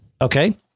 Okay